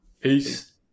Peace